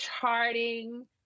charting